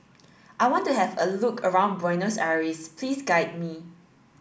I want to have a look around Buenos Aires Please guide me